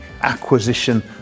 acquisition